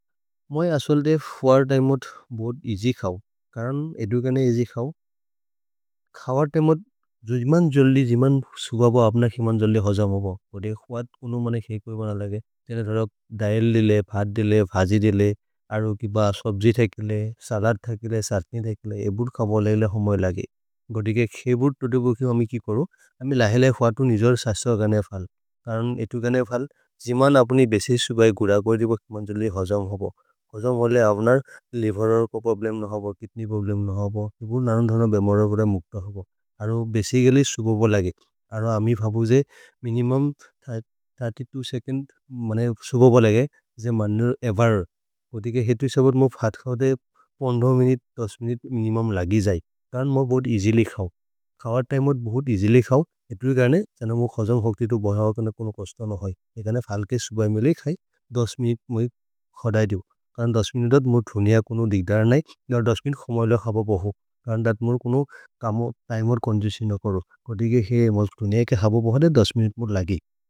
मै असल्दे हुअ त इमोद् बोद् एजि खौ करन् एतु गने एजि खौ खवर् त इमोद् जे जिमन् जोलि। जे जिमन् सुगबो, अब्न जिमन् जोलि होजम् होबो गोते हुअ कुनु मने खे कोइ मर लगे तेरे दर दएल् देले, भर् देले। भ्हजि देले अरो किब सब्जि थ केले सलद् थ केले। सर्नि थ केले एबुर् कब लगेले हो मै लगे गोते के खे बुर् तोतु बुखे। अमे कि कोरो अमे लहेले हुअ तु निजोर् सस्त्र गने फल् करन्। एतु गने फल् जिमन् अप्नि बेसि सुगबो है गुर कोइ जिमन् जोलि होजम् होबो होजम्। होले अब्नर् लेवेरर् को प्रोब्लेम् न होबो। कित्नि प्रोब्लेम् न होबो एबुर् नरन् धन बेमरर् कोर मुक्त होबो। अरो बेसि गले सुगबो लगे अरो अमे भबु जे मिनिमुम् थिर्त्य् त्वो सेचोन्द् मने। सुगबो लगे जे मन्नेर् एवेर् गोते के हेतु हि सबोद् मोउ फत् खौदे पोन्धो मिनुत्। तस् मिनुत् मिनिमुम् लगि जै। करन् मोउ बोद् एजि लि खौ खवर् त इमोद् बोद् एजि लि खौ एतु हि गने। छन मोउ होजम् होग्ति तो बहवकोन कोनो कस्त न होइ। कने फल्के सुबमेले हि खै दस् मिनुत् मोउ हि खद दिओ करन् दस्। मिनुत् दत् मोउ धुनिअ कोनो दिक्दर् नहि दर् दस् मिनुत् खोमैले खब। पहो करन् दत् मोउ कोनो कम तिमेर् चोन्गेस्तिओन् न करो गोते। के हे मोउ धुनिअ के खब पहदे दस् मिनुत् मोउ लगि।